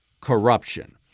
corruption